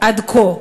עד כה,